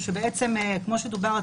כמו שדובר,